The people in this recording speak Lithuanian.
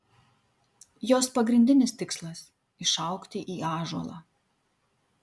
jos pagrindinis tikslas išaugti į ąžuolą